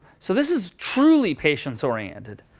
so this is truly patience oriented.